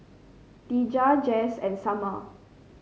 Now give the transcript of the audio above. Deja Jase and Summer